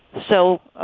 so.